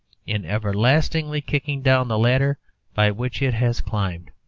in everlastingly kicking down the ladder by which it has climbed.